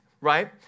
right